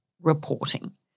reporting